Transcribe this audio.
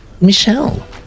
michelle